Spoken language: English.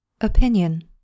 Opinion